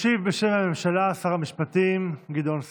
ישיב, בשם הממשלה, שר המשפטים גדעון סער,